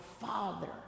father